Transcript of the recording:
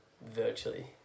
virtually